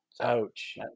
Ouch